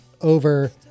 over